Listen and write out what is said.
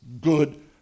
good